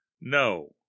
No